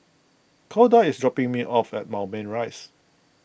Koda is dropping me off at Moulmein Rise